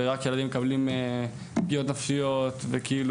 ורק ילדים מקבלים פגיעות נפשיות וכאילו